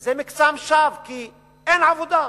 זה מקסם שווא, כי אין עבודה,